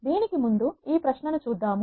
దీనికి ముందు ఈ ప్రశ్నను చూద్దాము